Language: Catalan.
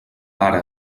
ara